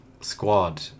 squad